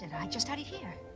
and i just had it here.